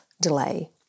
delay